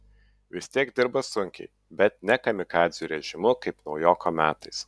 vis tiek dirba sunkiai bet ne kamikadzių režimu kaip naujoko metais